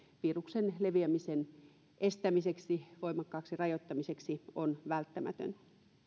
viruksen leviämisen estämiseksi voimakkaaksi rajoittamiseksi on välttämätön